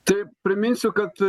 tai priminsiu kad